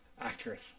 accurate